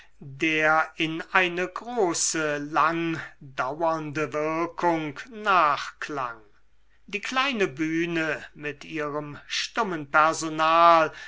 der in eine große langdauernde wirkung nachklang die kleine bühne mit ihrem stummen personal